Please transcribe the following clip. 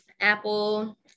Apple